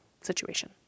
situation